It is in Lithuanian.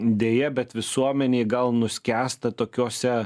deja bet visuomenėj gal nuskęsta tokiose